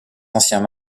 anciens